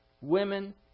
women